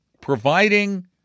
providing